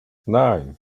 nine